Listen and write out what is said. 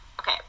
okay